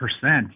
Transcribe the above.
percent